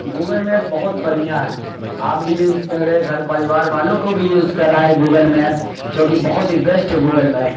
Google map بہت بڑھیا ہے آپ بھی یوز کرے گھر پریوار والوں کو بھی یوز کرائے گوگل میپ چونکہ بہت ہی بیسٹ ہے گوگل میپ